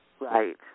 Right